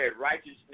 righteousness